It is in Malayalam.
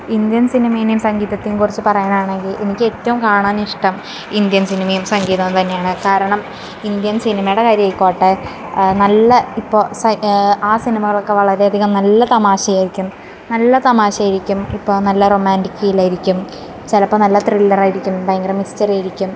ഇന്ത്യന് സിനിമേനെയും സംഗീതത്തേം കുറിച്ച് പറയാനാണെങ്കില് എനിക്കേറ്റവും കാണാനിഷ്ടം ഇന്ത്യൻ സിനിമയും സംഗീതവും തന്നെയാണ് കാരണം ഇന്ത്യൻ സിനിമയുടെ കാര്യമായിക്കോട്ടെ നല്ല ഇപ്പോൾ സൈ ആ സിനിമകളൊക്കെ വളരെയധികം നല്ല തമാശയായിരിക്കും നല്ല തമാശയായിരിക്കും ഇപ്പോൾ നല്ല റൊമാന്റിക് ഫീലായിരിക്കും ചിലപ്പോൾ നല്ല ത്രില്ലറായിരിക്കും ഭയങ്കര മിസ്റ്ററിയായിരിക്കും